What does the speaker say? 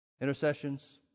intercessions